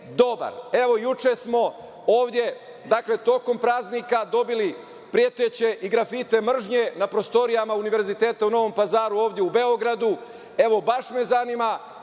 juče smo ovde, dakle, tokom praznika dobili preteće i grafite mržnje na prostorijama Univerziteta u Novom Pazaru i ovde u Beogradu. Baš me zanima